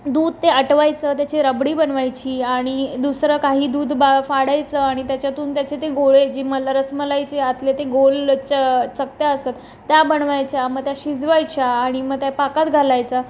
दूध ते अटवायचं त्याची रबडी बनवायची आणि दुसरं काही दूध बा फाडायचं आणि त्याच्यातून त्याचे ते गोळे जी मला रसमलाईचे आतले ते गोल च चकत्या असतात त्या बनवायच्या म त्या शिजवायच्या आणि म त्या पाकात घालायचा